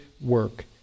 work